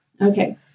Okay